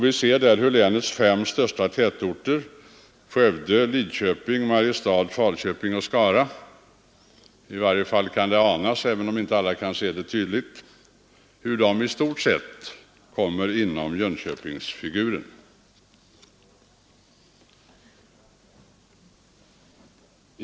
Vi ser där hur länets fem största tätorter, Skövde, Lidköping, Mariestad, Falköping och Skara, i stort sett kommer inom Jönköpingsfiguren.